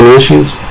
issues